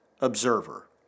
Observer